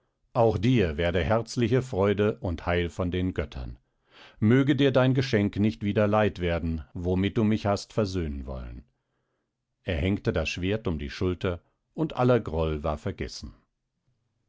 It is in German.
auch dir werde herzliche freude und heil von den göttern möge dir dein geschenk nicht wieder leid werden womit du mich hast versöhnen wollen er hängte das schwert um die schulter und aller groll war vergessen